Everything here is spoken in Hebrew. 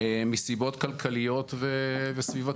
מסיבות כלכליות וסביבתיות.